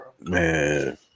Man